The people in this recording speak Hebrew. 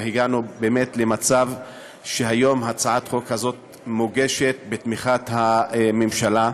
והגענו באמת למצב שהיום הצעת החוק הזאת מוגשת בתמיכת הממשלה.